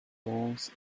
doors